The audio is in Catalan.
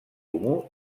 comú